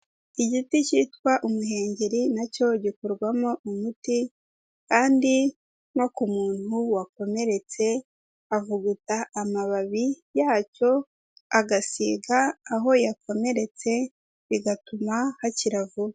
Igiti cyitwa Umuhengeri nacyo gikorwamo umuti kandi no ku muntu wakomeretse avuguta amababi yacyo agasiga aho yakomeretse bigatuma hakira vuba.